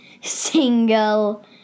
single